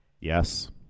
Yes